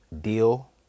deal